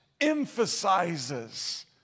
emphasizes